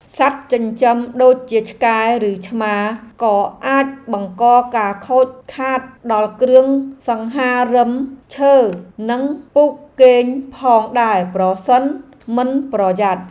សត្វចិញ្ចឹមដូចជាឆ្កែឬឆ្មាក៏អាចបង្កការខូចខាតដល់គ្រឿងសង្ហារិមឈើនិងពូកគេងផងដែរប្រសិនមិនប្រយ័ត្ន។